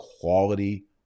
quality